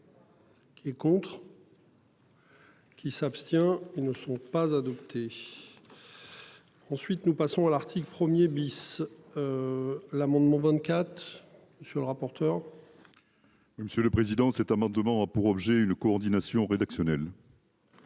Qui est contre. Qui s'abstient et ne sont pas adoptés. Ensuite, nous passons à l'article 1er bis. L'amendement 24. Sur le rapporteur. Monsieur le président. Cet amendement a pour objet une coordination rédactionnelle.